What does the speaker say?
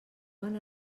quan